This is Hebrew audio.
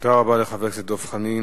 תודה רבה לחבר הכנסת דב חנין.